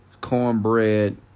cornbread